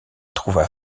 trouva